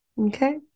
okay